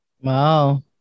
Wow